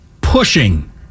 pushing